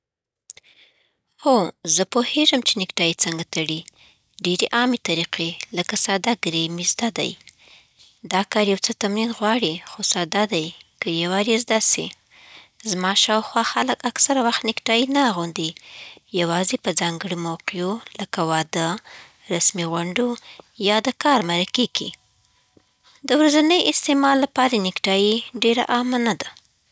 هو، زه پوهېږم چې نیکتایي څنګه تړي، ډېرې عامې طریقې لکه ساده ګره می زده دي. دا کار یو څه تمرین غواړي، خو ساده دی که یو وار زده سي. زما شاوخوا خلک اکثره وخت نیکتایي نه اغوندي، یوازې په ځانګړو موقعو لکه واده، رسمي غونډو، یا د کار مرکې کې. د ورځني استعمال لپاره نیکتایي ډېره عامه نه ده.